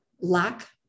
lack